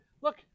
Look